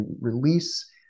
release